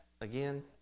again